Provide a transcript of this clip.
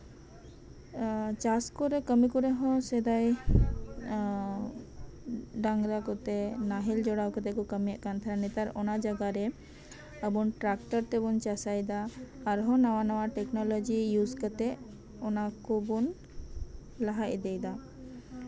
ᱪᱟᱥ ᱠᱚᱨᱮ ᱠᱟᱹᱢᱤ ᱠᱚᱨᱮ ᱦᱚᱸ ᱥᱮᱫᱟᱭ ᱰᱟᱝᱨᱟ ᱠᱚᱛᱮ ᱱᱟᱦᱮᱞ ᱡᱚᱲᱟᱣ ᱠᱟᱛᱮ ᱠᱚ ᱠᱟᱹᱢᱤᱭᱮᱫ ᱛᱟᱦᱮᱸᱱᱟ ᱱᱮᱛᱟᱨ ᱚᱱᱟ ᱡᱟᱭᱜᱟ ᱨᱮ ᱵᱚᱱ ᱴᱨᱟᱠᱴᱟᱨ ᱛᱮᱵᱚᱱ ᱪᱟᱥᱟᱭᱫᱟ ᱟᱵᱟᱨ ᱱᱟᱣᱟᱼᱱᱟᱣᱟ ᱴᱮᱠᱱᱳᱞᱚᱡᱤ ᱤᱭᱩᱡ ᱠᱟᱛᱮ ᱚᱱᱟ ᱠᱚᱵᱚᱱ ᱞᱟᱦᱟ ᱤᱫᱤᱭᱫᱟ